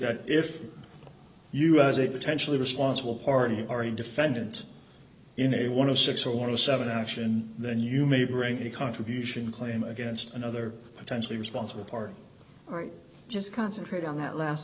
that if you as a potentially responsible party or a defendant in a one of six or seven action then you may bring a contribution claim against another potentially responsible party or just concentrate on that last